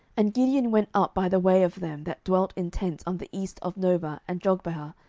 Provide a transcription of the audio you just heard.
and gideon went up by the way of them that dwelt in tents on the east of nobah and jogbehah,